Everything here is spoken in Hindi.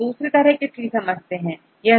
अब दूसरे तरह के ट्री समझते हैं